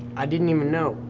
i didn't even know,